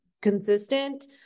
consistent